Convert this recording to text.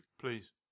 Please